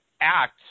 act